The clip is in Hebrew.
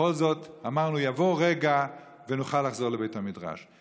ובכל זאת אמרנו שיבוא רגע ונוכל לחזור לבית המדרש,